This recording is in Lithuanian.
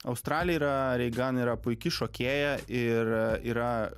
australija yra reigan yra puiki šokėja ir yra